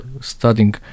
studying